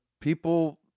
people –